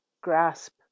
grasp